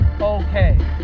okay